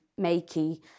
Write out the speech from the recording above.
makey